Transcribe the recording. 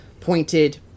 pointed